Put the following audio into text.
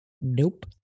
Nope